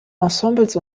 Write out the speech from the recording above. ensembles